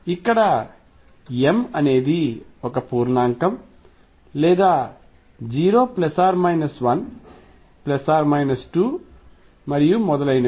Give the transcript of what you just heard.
ఇక్కడ m అనేది ఒక పూర్ణాంకం లేదా 0 1 2 మరియు మొదలైనవి